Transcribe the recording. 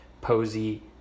Posey